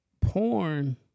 Porn